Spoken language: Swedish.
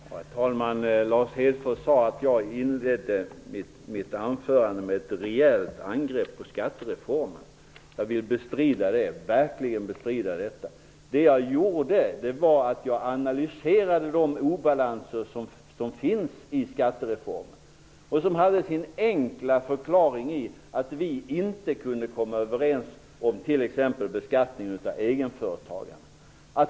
Herr talman! Lars Hedfors sade att jag inledde mitt anförande med ett rejält angrepp på skattereformen. Jag vill verkligen bestrida detta. Jag analyserade de obalanser som finns i skattereformen och som har sin enkla förklaring i att vi inte kunde komma överens om t.ex. beskattningen av egenföretagarna.